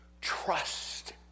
trust